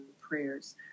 prayers